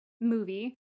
movie